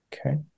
Okay